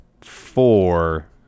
four –